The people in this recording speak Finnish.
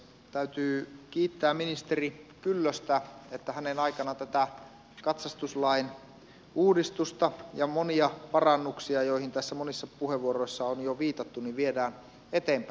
täytyy kiittää ministeri kyllöstä että hänen aikanaan tätä katsastuslain uudistusta ja monia parannuksia joihin tässä monissa puheenvuoroissa on jo viitattu viedään eteenpäin